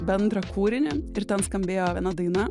bendrą kūrinį ir ten skambėjo viena daina